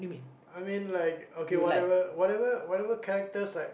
I mean like okay whatever whatever whatever characters like